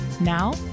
Now